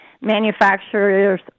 manufacturers